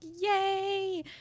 Yay